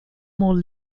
more